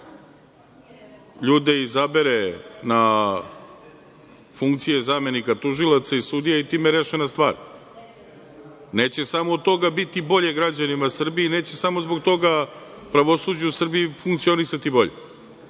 ljude izabere na funkcije zamenika tužilaca i sudija i time je rešena stvar. Neće samo od toga biti bolje građanima Srbije i neće samo zbog toga pravosuđe u Srbiji funkcionisati bolje. Mi